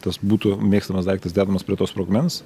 tas būtų mėgstamas daiktas dedamas prie to sprogmens